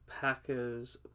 Packers